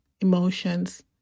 emotions